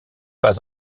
pas